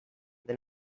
than